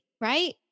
right